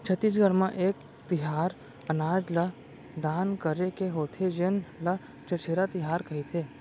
छत्तीसगढ़ म एक तिहार अनाज ल दान करे के होथे जेन ल छेरछेरा तिहार कहिथे